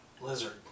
Lizard